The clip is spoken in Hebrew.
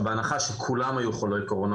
בהנחה שכולם היו חולי קורונה,